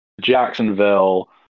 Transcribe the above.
Jacksonville